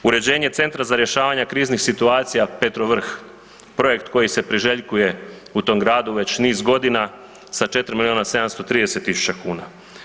Uređenje Centra za rješavanje kriznih situacija Petrov Vrh, projekt koji se priželjkuje u tom gradu već niz godina, sa 4 miliona 730 tisuća kuna.